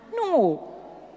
No